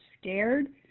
scared